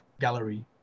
gallery